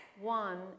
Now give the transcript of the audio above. One